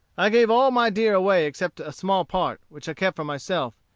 i gave all my deer away except a small part, which kept for myself,